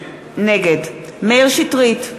נגד מאיר שטרית,